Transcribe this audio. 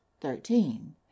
thirteen